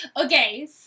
Okay